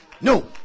No